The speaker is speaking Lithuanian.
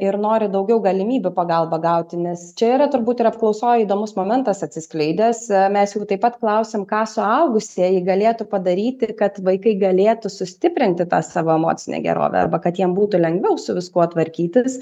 ir nori daugiau galimybių pagalbą gauti nes čia yra turbūt ir apklausoj įdomus momentas atsiskleidęs mes jų taip pat klausėm ką suaugusieji galėtų padaryti kad vaikai galėtų sustiprinti tą savo emocinę gerovę arba kad jiem būtų lengviau su viskuo tvarkytis